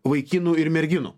vaikinų ir merginų